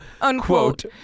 unquote